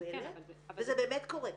מקובלת וזה באמת קורה.